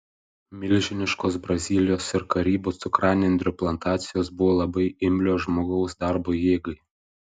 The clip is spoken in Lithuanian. milžiniškos brazilijos ir karibų cukranendrių plantacijos buvo labai imlios žmogaus darbo jėgai